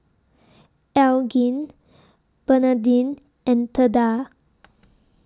Elgin Bernadine and Theda